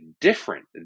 different